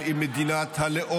חבריי,